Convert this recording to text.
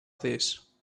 this